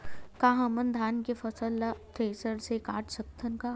का हमन धान के फसल ला थ्रेसर से काट सकथन का?